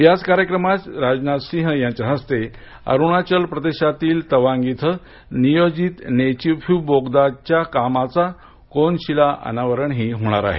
याचं कार्यक्रमात राजनाथसिंह यांच्या हस्ते अरुणाचल प्रदेशमधील तवांग इथं नियोजित नेचीफू बोगद्याच्या कामाचे कोनशीला अनावरणही होणार आहे